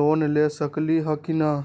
Loan ले सकेली की न?